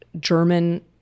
German